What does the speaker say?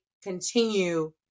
continue